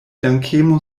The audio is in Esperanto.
dankemo